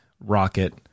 rocket